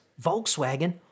Volkswagen